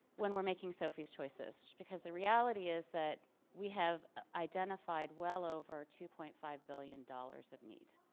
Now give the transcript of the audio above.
when we're making sophie's choices. because the reality is that we have identified well over two point five billion dollars of need